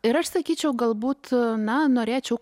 ir aš sakyčiau galbūt na norėčiau